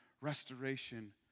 restoration